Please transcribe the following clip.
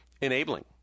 enabling